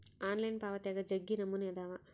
online ಪಾವಾತ್ಯಾಗ ಜಗ್ಗಿ ನಮೂನೆ ಅದಾವ